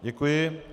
Děkuji.